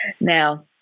Now